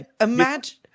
Imagine